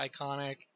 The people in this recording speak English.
iconic